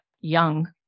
young